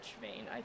vein